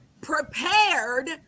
prepared